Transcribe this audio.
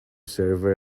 server